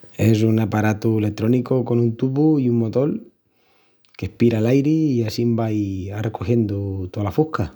Es un aparatu letrónicu con un tubu i un motol que espira l'airi i assín vai arrecogiendu tola fusca.